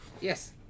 Yes